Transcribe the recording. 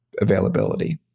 availability